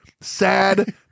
Sad